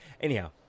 Anyhow